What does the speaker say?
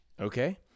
Okay